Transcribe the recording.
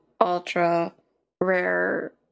ultra-rare